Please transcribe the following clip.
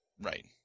right